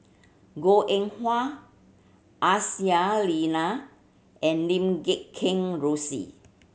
Goh Eng Wah Aisyah Lyana and Lim Kheng Rosie